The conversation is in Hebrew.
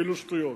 כאילו, שטויות.